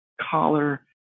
Collar